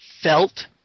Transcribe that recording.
felt